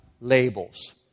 labels